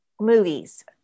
movies